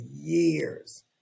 years